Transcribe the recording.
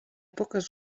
poques